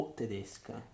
tedesca